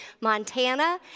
Montana